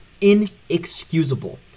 inexcusable